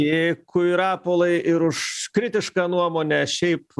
dėkui rapolai ir už kritišką nuomonę šiaip